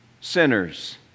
sinners